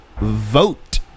vote